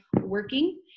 working